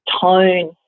tone